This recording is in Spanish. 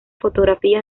fotografías